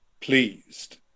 pleased